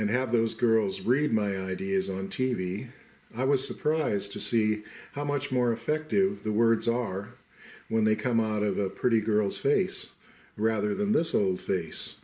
and have those girls read my ideas on t v i was surprised to see how much more effective the words are when they come out of a pretty girl's face rather than this old face